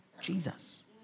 Jesus